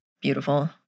Beautiful